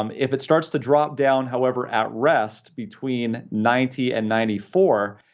um if it starts to drop down, however, at rest between ninety and ninety four,